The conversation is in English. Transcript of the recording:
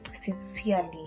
sincerely